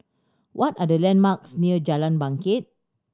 what are the landmarks near Jalan Bangket